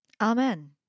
amen